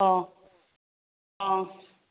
ꯑꯣ ꯑꯪ